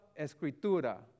escritura